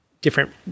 different